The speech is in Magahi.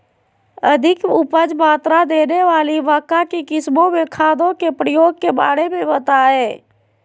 अधिक उपज मात्रा देने वाली मक्का की किस्मों में खादों के प्रयोग के बारे में बताएं?